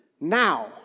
now